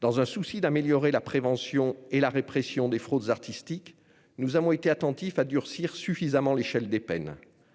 Afin d'améliorer la prévention et la répression des fraudes artistiques, nous avons veillé à durcir suffisamment l'échelle des peines.